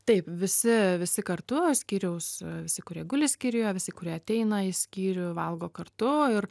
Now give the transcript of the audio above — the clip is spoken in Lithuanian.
taip visi visi kartu skyriaus visi kurie guli skyriuje visi kurie ateina į skyrių valgo kartu ir